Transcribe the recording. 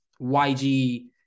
YG